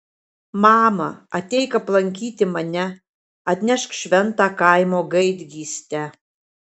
mama ateik aplankyti mane atnešk šventą kaimo gaidgystę